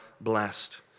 blessed